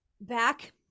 back